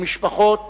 ומשפחות